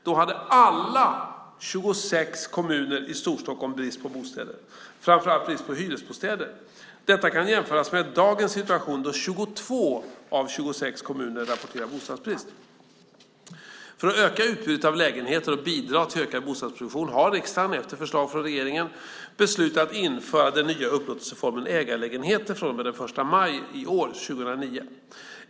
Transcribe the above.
Då hade alla 26 kommuner i Storstockholm brist på bostäder, framför allt brist på hyresbostäder. Detta kan jämföras med dagens situation då 22 av 26 kommuner rapporterar bostadsbrist. För att öka utbudet av lägenheter och bidra till ökad bostadsproduktion har riksdagen, efter förslag från regeringen, beslutat att införa den nya upplåtelseformen ägarlägenheter från och med den 1 maj 2009.